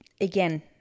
again